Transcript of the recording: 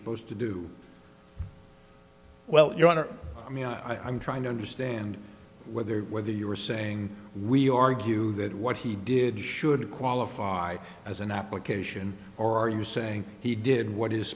supposed to do well your honor i mean i'm trying to understand whether whether you are saying we argue that what he did should qualify as an application or are you saying he did what